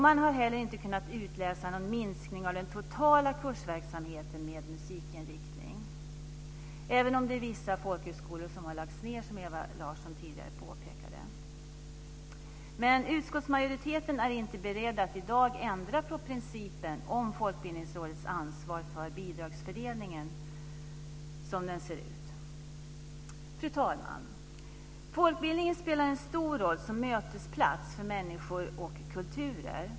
Man har heller inte kunnat utläsa någon minskning av den totala kursverksamheten med musikinriktning, även om det är vissa folkhögskolor som har lagts ned, som Ewa Larsson tidigare påpekade. Utskottsmajoriteten är inte beredd att i dag ändra på principen om Folkbildningsrådets ansvar för bidragsfördelningen som den ser ut. Fru talman! Folkbildningen spelar en stor roll som mötesplats för människor och kulturer.